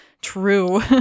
True